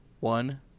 one